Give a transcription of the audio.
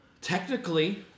Technically